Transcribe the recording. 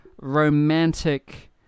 romantic